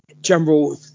general